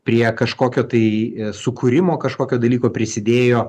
prie kažkokio tai sukūrimo kažkokio dalyko prisidėjo